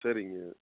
சரிங்க